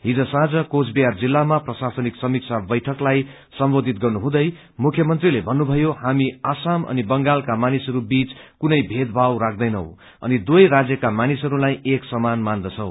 हिज साँझ कोचबिहार जिल्लामा प्रशासनिक समीक्षा बेठकलाई सम्बोधित गर्नुहुँदै मुख्यमन्त्रीले भन्नुभयो हामी असम अनि बंगालका मानिसहरू बीच कुनै भेदभाव राख्दैनौ अनि दुवै राजयका मानिसहरूलाई एक समान मान्दछौ